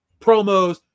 promos